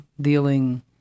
dealing